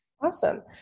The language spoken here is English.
Awesome